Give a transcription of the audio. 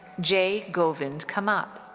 jay govind kamat.